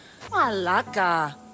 Malaka